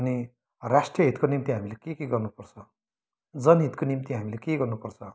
अनि राष्ट्रिय हितको निम्ति हामीले के के गर्नु पर्छ जनहितको निम्ति हामीले के गर्नु पर्छ